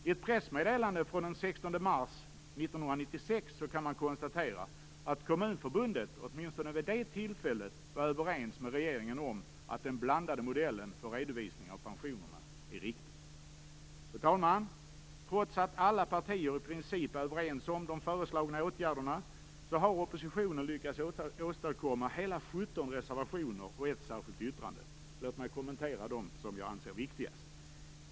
I ett pressmeddelande från den 16 mars 1996 kan man konstatera att Kommunförbundet åtminstone vid det tillfället var överens med regeringen om att den blandade modellen för redovisning av pensionerna är riktig. Fru talman! Trots att alla partier i princip är överens om de föreslagna åtgärderna har oppositionen lyckats åstadkomma hela 17 reservationer och ett särskilt yttrande. Låt mig kommentera dem som jag anser är viktigast.